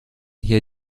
hier